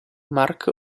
mark